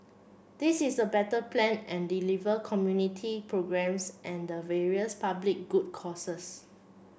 this is a better plan and deliver community programmes and the various public good causes